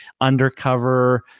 undercover